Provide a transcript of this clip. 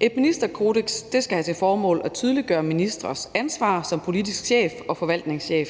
Et ministerkodeks skal have til formål at tydeliggøre ministres ansvar som politisk chef og forvaltningschef.